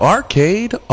Arcade